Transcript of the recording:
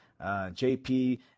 JP